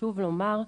חשוב לומר,